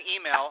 email